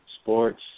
Sports